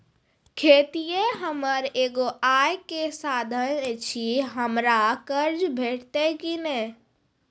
खेतीये हमर एगो आय के साधन ऐछि, हमरा कर्ज भेटतै कि नै?